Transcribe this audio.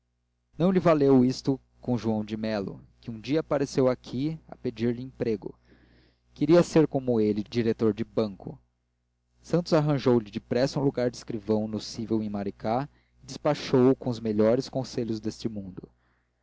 não lhe valeu isto com joão de melo que um dia apareceu aqui a pedir-lhe emprego queria ser como ele diretor de banco santos arranjou lhe depressa um lugar de escrivão no cível em maricá e despachou o com os melhores conselhos deste mundo